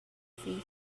free